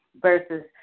versus